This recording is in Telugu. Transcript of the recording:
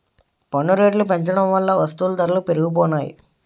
పన్ను రేట్లు పెంచడం వల్ల వస్తువుల ధరలు పెరిగిపోనాయి